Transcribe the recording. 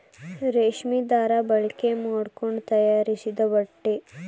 ರೇಶ್ಮಿ ದಾರಾ ಬಳಕೆ ಮಾಡಕೊಂಡ ತಯಾರಿಸಿದ ಬಟ್ಟೆ